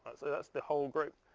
so that's the whole group.